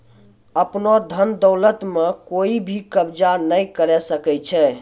आपनो धन दौलत म कोइ भी कब्ज़ा नाय करै सकै छै